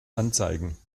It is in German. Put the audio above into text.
anzeigen